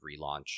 relaunch